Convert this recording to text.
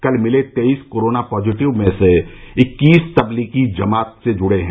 कल मिले तेईस कोरोना पॉजिटिव में से इक्कीस तबलीगी जमात से जुड़े हैं